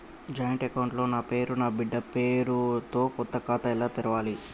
Joint account లో నా పేరు నా బిడ్డే పేరు తో కొత్త ఖాతా ఎలా తెరవాలి?